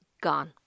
gone